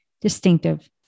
distinctive